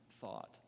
thought